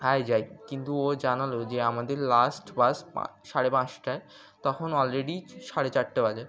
আয় যাই কিন্তু ও জানাল যে আমাদের লাস্ট বাস সাড়ে পাঁচটায় তখন অলরেডি সাড়ে চারটে বাজে